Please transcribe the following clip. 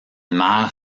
mère